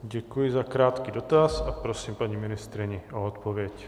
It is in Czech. Děkuji za krátký dotaz a prosím paní ministryni o odpověď.